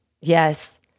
Yes